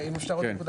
והנקודה